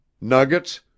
nuggets